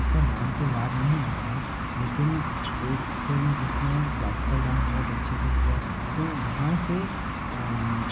उसका नाम तो याद नहीं आ रहा है लेकिन एक फिल्म जिसमें क्लासिकल डांस बहुत अच्छे से किया तो वहाँ से